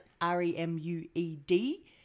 R-E-M-U-E-D